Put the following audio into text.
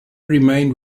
remained